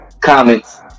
comments